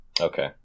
Okay